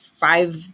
Five